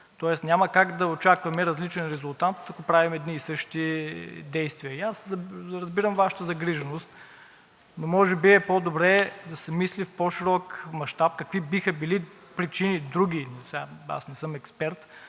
тоест няма как да очакваме различен резултат, правим едни и същи действия. Разбирам Вашата загриженост, но може би е по-добре да се мисли в по-широк мащаб какви биха били други причини – не съм експерт,